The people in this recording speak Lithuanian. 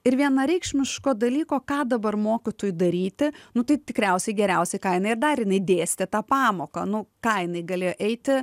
ir vienareikšmiško dalyko ką dabar mokytojui daryti nu tai tikriausiai geriausia ką jinai ir darė jinai dėstė tą pamoką nu ką jinai galėjo eiti